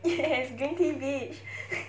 yes green tea bitch